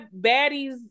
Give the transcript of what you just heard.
baddies